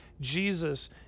Jesus